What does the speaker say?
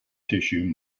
tissue